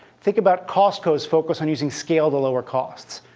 think about costco's focus on using scale to lower costs.